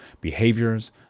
behaviors